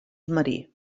marí